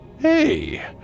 Hey